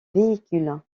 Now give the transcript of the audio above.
véhicules